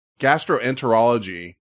gastroenterology